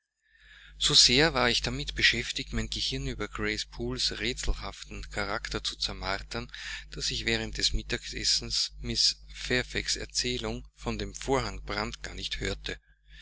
so sehr war ich damit beschäftigt mein gehirn über grace poole's rätselhaften charakter zu zermartern daß ich während des mittagessens mrs fairfaxs erzählung von dem vorhangbrand gar nicht hörte